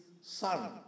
son